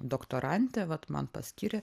doktorantė vat man paskyrė